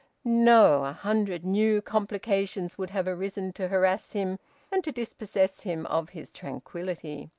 no, a hundred new complications would have arisen to harass him and to dispossess him of his tranquillity!